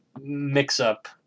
mix-up